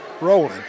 rolling